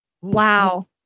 Wow